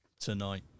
tonight